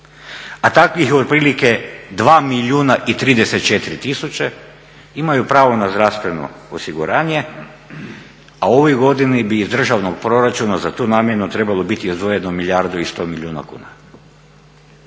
a takvih je otprilike 2 milijuna i 34 tisuće, imaju pravo na zdravstveno osiguranje, a u ovoj godini bi iz državnog proračuna za tu namjenu trebalo biti izdvojeno milijardu i 100 milijuna kuna.